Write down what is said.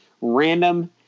random